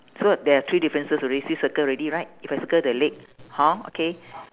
so there're three differences already so you circle already right if I circle the leg hor okay